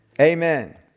Amen